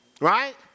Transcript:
Right